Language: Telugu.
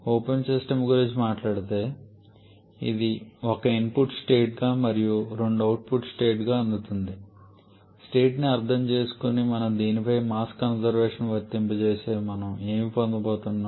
ఓపెన్ సిస్టమ్ గురించి మాట్లాడితే ఇది 1 ఇన్పుట్ స్టేట్ గా మరియు 2 అవుట్పుట్ స్టేట్ గా అందుకుంటుంది స్టేట్ ని అర్ధం చేసుకొని మనం దీనిపై మాస్ కన్జర్వేషన్ ని వర్తింపజేస్తే మనం ఏమి పొందబోతున్నాం